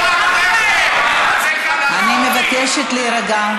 נשים זה לא רק רחם, זה גם, אני מבקשת להירגע.